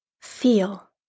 feel